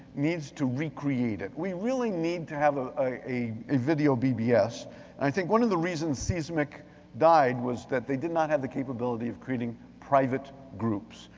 needs to recreate it. we really need to have ah a a video vbs, and i think one of the reason seesmic died was that they did not have the capability of creating private groups.